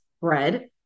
bread